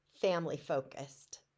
family-focused